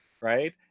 right